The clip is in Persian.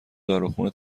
داروخونه